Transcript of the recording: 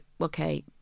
okay